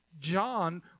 John